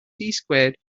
squared